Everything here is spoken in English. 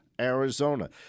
Arizona